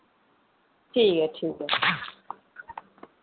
ठीक ऐ ठीक ऐ